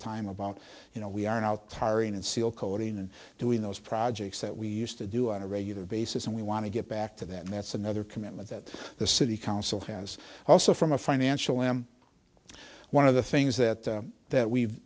time about you know we are now tiring and seal coding and doing those projects that we used to do on a regular basis and we want to get back to that and that's another commitment that the city council has also from a financial am one of the things that that we